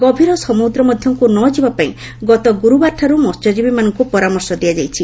ଗଭୀର ସମୁଦ୍ର ମଧ୍ୟକୁ ନ ଯିବାପାଇଁ ଗତ ଗୁରୁବାରଠାରୁ ମହ୍ୟଜୀବୀମାନଙ୍କୁ ପରାମର୍ଶ ଦିଆଯାଇଛି